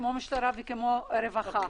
כמו משטרה וכמו רווחה.